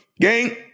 Gang